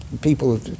People